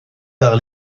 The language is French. par